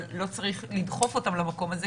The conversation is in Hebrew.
אבל לא צריך לדחוף אותם למקום הזה,